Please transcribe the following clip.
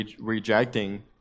rejecting